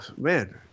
man